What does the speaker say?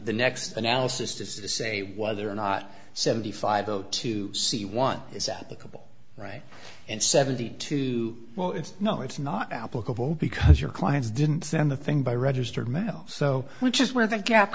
the next analysis to say whether or not seventy five zero two c one is applicable right and seventy two well it's no it's not applicable because your clients didn't send the thing by registered mail so which is where the gap